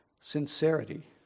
sincerity